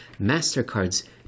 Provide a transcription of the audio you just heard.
mastercard's